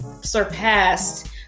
surpassed